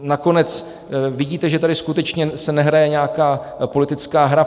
Nakonec vidíte, že se tady skutečně nehraje nějaká politická hra.